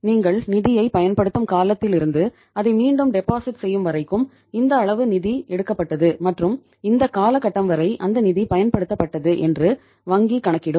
நீங்கள் நிதியை பயன்படுத்தும் காலத்திலிருந்து அதை மீண்டும் டெபாசிட் செய்யும் வரைக்கும் இந்த அளவு நிதி எடுக்கப்பட்டது மற்றும் இந்த கால கட்டம் வரை அந்த நிதி பயன்படுத்தப்பட்டது என்று வங்கி கணக்கிடும்